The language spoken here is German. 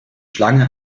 schlange